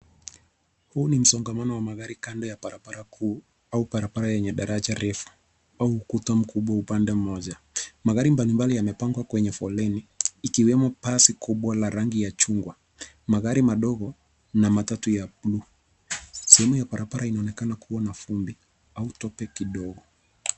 Huu ni msongamano wa magari kando ya barabara kuu au barabara yenye daraja refu au ukuta mmoja upande moja. Magari mbalimbali yamepangwa kwenye foleni, ikiwemo basi kubwa la rangi ya chungwa, magari madogo, na matatu ya bluu. Sehemu ya barabara inaonekana kuwa na vumbi au tope kidogo.